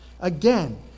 Again